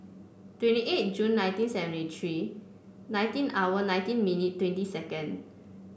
twenty eight June nineteen seventy three nineteen hour nineteen minute twenty second